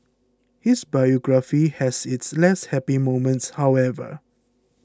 his biography has its less happy moments however